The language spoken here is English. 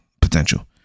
Potential